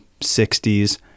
60s